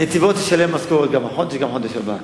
נתיבות תשלם משכורות גם החודש, גם בחודש הבא.